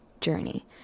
journey